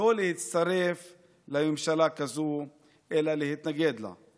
לא להצטרף לממשלה כזו אלא להתנגד לה.